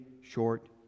short